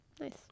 nice